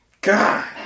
God